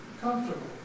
comfortable